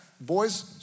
boys